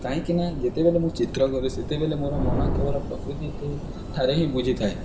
କାହିଁକି ନା ଯେତେବେଲେ ମୁଁ ଚିତ୍ର କଲି ସେତେବେଲେ ମୋର ମନ କେବଳ ପ୍ରକୃତିଠାରେ ହିଁ ବୁଝିଥାଏ